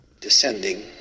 descending